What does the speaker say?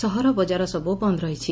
ସହର ବଜାର ସବୁ ବନ୍ଦ ରହିଛି